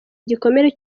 igikomere